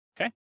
okay